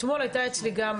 אתמול הייתה אצלי גם